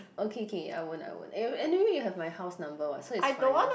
okay okay I won't I won't a~ anyway you have my house number what so it's fine